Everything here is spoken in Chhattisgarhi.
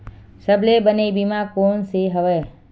सबले बने बीमा कोन से हवय?